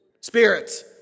Spirits